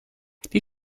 die